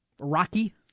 Rocky